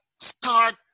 start